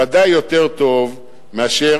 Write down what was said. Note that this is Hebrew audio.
ודאי יותר טוב מאשר,